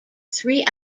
three